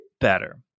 better